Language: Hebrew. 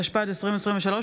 התשפ"ד 2023,